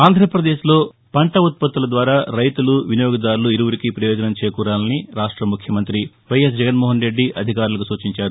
ఆంధ్రప్రదేశ్లో పంట ఉత్పత్తుల ద్వారా రైతులు వినియోగదారులు ఇరువురికీ ప్రయోజనం చేకూరాలని రాష్ట ముఖ్యమంతి వైఎస్ జగన్నోహన్ రెడ్డి అధికారులకు సూచించారు